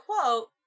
quote